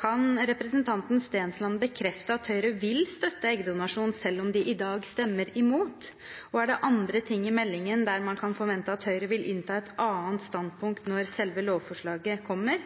Kan representanten Stensland bekrefte at Høyre vil støtte eggdonasjon selv om de i dag stemmer imot, og er det andre ting i meldingen der man kan forvente at Høyre vil innta et annet standpunkt når selve lovforslaget kommer?